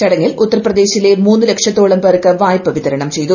ചടങ്ങിൽ ഉത്തർപ്രദേശിലെ മൂന്നു ലക്ഷത്തോളം പേർക്ക് വായ്പ വിതരണം ചെയ്തു